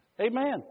Amen